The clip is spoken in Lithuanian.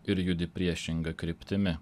ir judi priešinga kryptimi